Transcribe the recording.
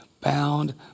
bound